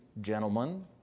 gentlemen